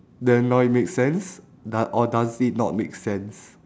then now it makes sense doe~ or does it not make sense